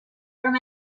from